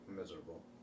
miserable